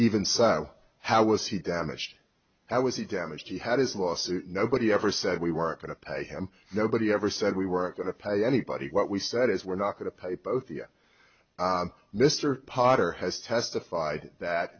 so how was he damaged how was he damaged he had his lawsuit nobody ever said we weren't going to pay him nobody ever said we were going to pay anybody what we said is we're not going to pay both mr potter has testified that